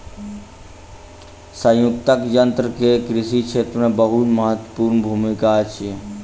संयुक्तक यन्त्र के कृषि क्षेत्र मे बहुत महत्वपूर्ण भूमिका अछि